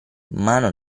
mano